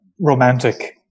romantic